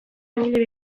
langile